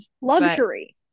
Luxury